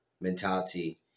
mentality